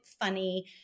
funny